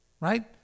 Right